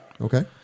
Okay